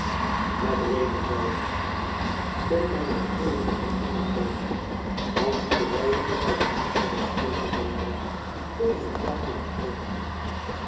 met reden zeide d'estrades kon mijn regeering daar niet in treden want die verwijdering zoû de verheffing des prinsen van oranje tot een noodzakelijk gevolg hebben